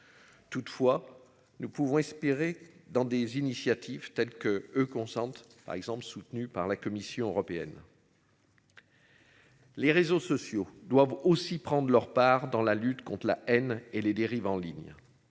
Toutefois, nous pouvons espérer dans des initiatives telles que eux-consente par exemple soutenue par la Commission européenne. Les réseaux sociaux doivent aussi prendre leur part dans la lutte contre la haine et les dérives en ligne.